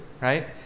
right